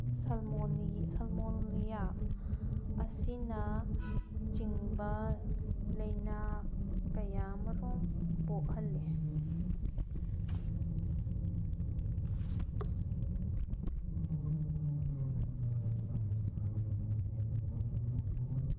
ꯁꯜꯃꯣꯂꯤꯌꯥ ꯑꯁꯤꯅ ꯆꯤꯡꯕ ꯂꯥꯏꯅꯥ ꯀꯌꯥ ꯑꯃꯔꯣꯝ ꯄꯣꯛꯍꯜꯂꯤ